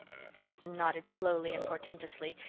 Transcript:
susan nodded slowly and portentously.